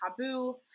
taboo